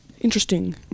Interesting